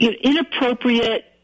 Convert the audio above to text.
Inappropriate